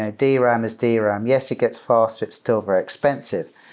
ah dram is dram. yes, it get faster, it's still very expensive.